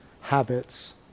habits